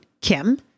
Kim